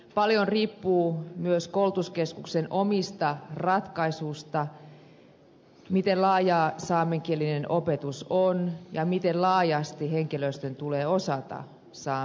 paljon riippuu myös koulutuskeskuksen omista ratkaisuista miten laajaa saamenkielinen opetus on ja miten laajasti henkilöstön tulee osata saamen kieltä